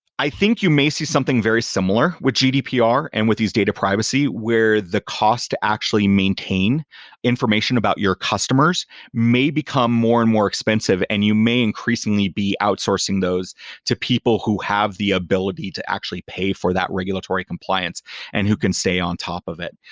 i think you may see something very similar with gdpr and with these data privacy where the cost to actually maintain information about your customers may become more and more expensive and you may increasingly be outsourcing to people who have the ability to actually pay for that regulatory compliance and who can stay on top of it.